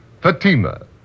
Fatima